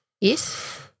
Yes